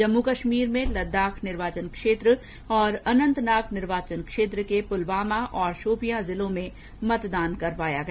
जम्मू कश्मीर में लद्दाख निर्वाचन क्षेत्र तथा अंनतनाग निर्वाचन क्षेत्र के पुलवामा और शोपियां जिलो में मतदान कराया गया